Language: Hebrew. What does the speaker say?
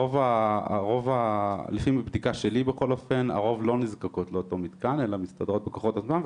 לפי בדיקה שלי הרוב לא נזקקות לאותו מתקן אלא מסתדרות בכוחות עצמן,